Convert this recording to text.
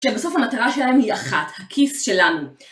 שבסוף המטרה שלהם היא אחת, הכיס שלנו.